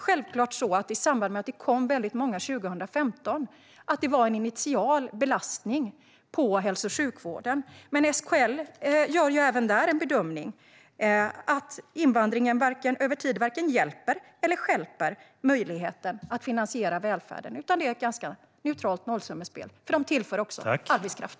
I samband med att det kom många 2015 var det självklart en initial belastning på hälso och sjukvården. Men SKL gör även där en bedömning att invandringen över tid varken hjälper eller stjälper möjligheten att finansiera välfärden. Det är ett neutralt nollsummespel, eftersom invandringen tillför arbetskraft.